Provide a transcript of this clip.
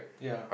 ya